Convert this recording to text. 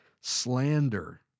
Slander